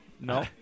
No